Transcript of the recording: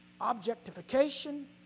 objectification